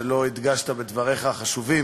שלא הדגשת בדבריך החשובים